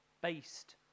based